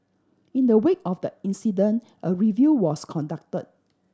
in the wake of the incident a review was conducted